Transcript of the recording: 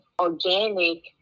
organic